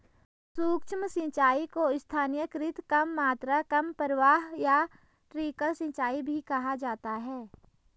सूक्ष्म सिंचाई को स्थानीयकृत कम मात्रा कम प्रवाह या ट्रिकल सिंचाई भी कहा जाता है